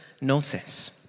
notice